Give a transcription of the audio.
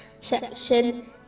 section